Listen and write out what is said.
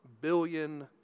billion